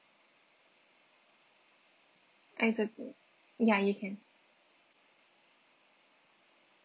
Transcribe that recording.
as a ya you can